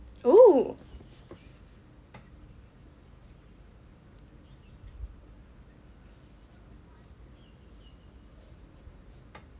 oh